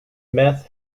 meth